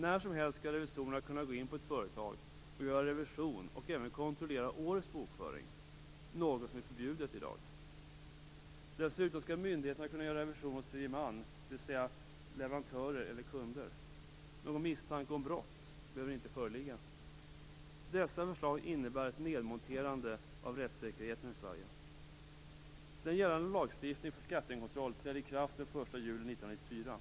När som helst skall revisorerna kunna gå in på ett företag och göra revision, och även kontrollera årets bokföring - något som i dag är förbjudet. Dessutom skall myndigheterna kunna göra revision hos tredje man, dvs. hos leverantörer eller kunder. Misstanke om brott behöver inte föreligga. Dessa förslag innebär ett nedmonterande av rättssäkerheten i Sverige. Gällande lagstiftning för skattekontroll trädde i kraft den 1 juli 1994.